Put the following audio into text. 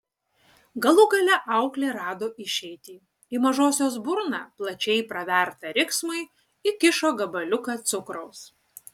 galų gale auklė rado išeitį į mažosios burną plačiai pravertą riksmui įkišo gabaliuką cukraus